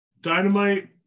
Dynamite